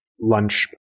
lunch